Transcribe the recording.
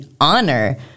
honor